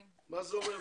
מה זה אומר דיון?